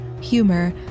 humor